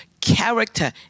character